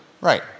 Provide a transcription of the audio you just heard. Right